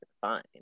fine